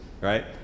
Right